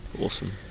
awesome